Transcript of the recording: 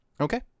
Okay